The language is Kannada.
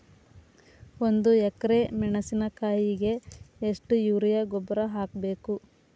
ಒಂದು ಎಕ್ರೆ ಮೆಣಸಿನಕಾಯಿಗೆ ಎಷ್ಟು ಯೂರಿಯಾ ಗೊಬ್ಬರ ಹಾಕ್ಬೇಕು?